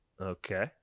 Okay